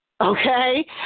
Okay